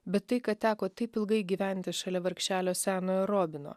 bet tai kad teko taip ilgai gyventi šalia vargšelio senojo robino